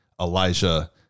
Elijah